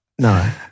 No